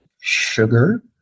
sugar